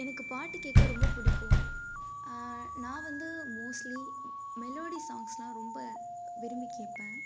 எனக்கு பாட்டுக் கேட்க ரொம்ப பிடிக்கும் நான் வந்து மோஸ்ட்லி மெலோடி சாங்க்ஸெலாம் ரொம்ப விரும்பிக் கேட்பேன்